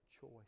choice